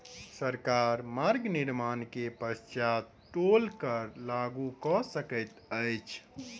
सरकार मार्ग निर्माण के पश्चात टोल कर लागू कय सकैत अछि